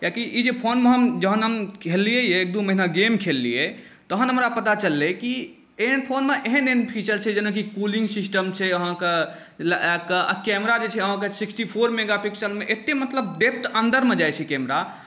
कियाकि ई जे फोनमे हम जहन हम खेललिए एक दुइ महिना गेम खेललिए तहन हमरा पता चललै कि एहि फोनमे एहन एहन फीचर छै जेनाकि कूलिङ्ग सिस्टम छै अहाँके आओर कैमरा जे छै अहाँके सिक्सटी फोर मेगा पिक्सलमे एतेक मतलब डेप्थ मतलब अन्दरमे जाइ छै कैमरा